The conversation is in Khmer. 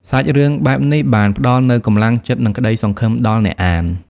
សាច់រឿងបែបនេះបានផ្ដល់នូវកម្លាំងចិត្ត និងក្តីសង្ឃឹមដល់អ្នកអាន។